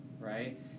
right